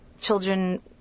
children